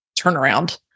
turnaround